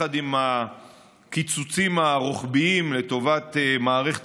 עם הקיצוצים הרוחביים לטובת מערכת